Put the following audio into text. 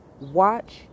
watch